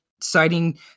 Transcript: citing